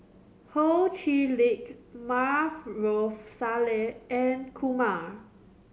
Ho Chee Lick Maarof Salleh and Kumar